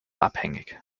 abhängig